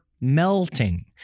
melting